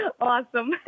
awesome